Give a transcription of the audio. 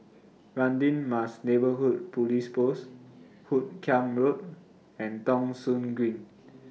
Radin Mas Neighbourhood Police Post Hoot Kiam Road and Thong Soon Green